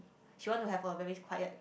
she want to have a very quiet